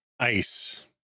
Ice